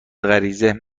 غریزه